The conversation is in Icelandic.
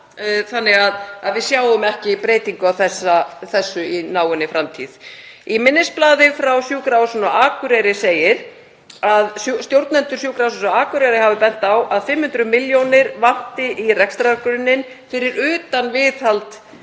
þannig að við sjáum ekki breytingu á þessu í náinni framtíð. Í minnisblaði frá Sjúkrahúsinu á Akureyri segir að stjórnendur sjúkrahússins hafi bent á að 500 milljónir vanti í rekstrargrunninn, fyrir utan viðhald